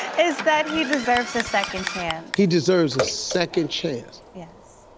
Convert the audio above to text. is that he deserves a second chance. he deserves a second chance. yes.